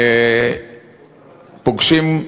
פוגשים,